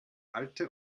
alte